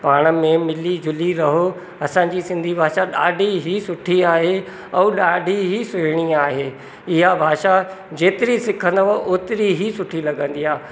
पाण में मिली जुली रहूं असांजी सिंधी भाषा ॾाढी ई सुठी आहे ऐं ॾाढी ई सुहिणी आहे इहा भाषा जेतिरी सिखंदव ओतिरी ई सुठी लॻंदी आहे